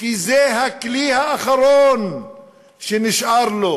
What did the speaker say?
כי זה הכלי האחרון שנשאר לו.